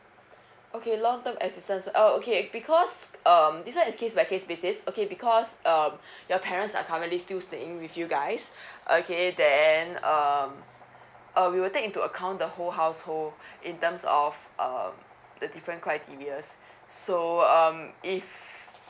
okay long term assistance uh okay because um this one is case by case basis okay because um your parents are currently still staying with you guys okay then um uh we will take into account the whole household in terms of uh the different criterias so um if